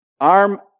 arm